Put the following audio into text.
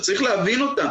צריך להבין אותה,